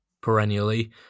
perennially